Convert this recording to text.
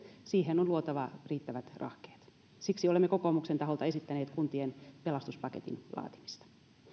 siihen on luotava riittävät rahkeet siksi olemme kokoomuksen taholta esittäneet kuntien pelastuspaketin laatimista